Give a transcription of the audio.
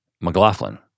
McLaughlin